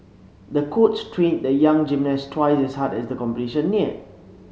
the coach trained the young gymnast twice as hard as the competition neared